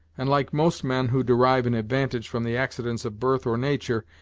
and, like most men who derive an advantage from the accidents of birth or nature,